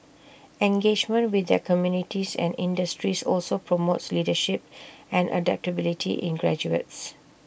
engagement with their communities and industries also promotes leadership and adaptability in graduates